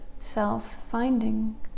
self-finding